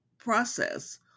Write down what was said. process